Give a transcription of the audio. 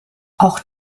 auch